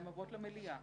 הן עוברות למליאה.